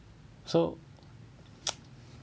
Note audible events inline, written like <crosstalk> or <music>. so <noise>